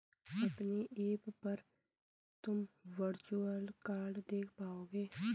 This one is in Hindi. अपने ऐप पर तुम वर्चुअल कार्ड देख पाओगे